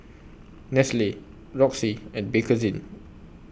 Nestle Roxy and Bakerzin